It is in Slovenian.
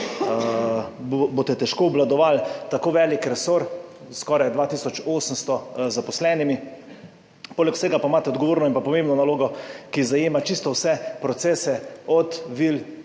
boste težko obvladovali tako velik resor s skoraj 2 tisoč 800 zaposlenimi. Poleg vsega pa imate odgovorno in pomembno nalogo, ki zajema čisto vse procese od vil